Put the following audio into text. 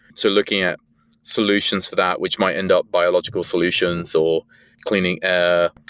so looking at solutions for that which might end up biological solutions or cleaning air.